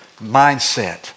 mindset